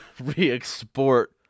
re-export